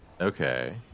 Okay